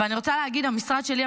ואני רוצה להגיד שהמשרד שלי,